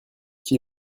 qui